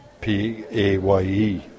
PAYE